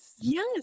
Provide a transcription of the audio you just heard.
Yes